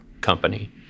company